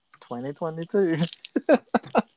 2022